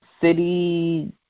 city